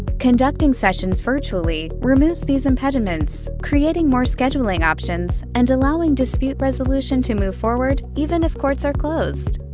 conducting sessions virtually removes these impediments creating more scheduling options and allowing dispute resolution to move forward even if courts are closed.